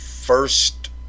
first